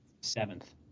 seventh